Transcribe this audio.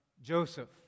Joseph